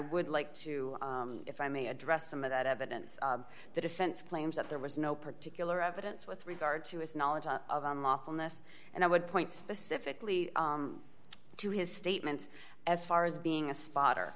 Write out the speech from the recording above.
would like to if i may address some of that evidence the defense claims that there was no particular evidence with regard to his knowledge of unlawfulness and i would point specifically to his statements as far as being a spotter